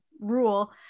rule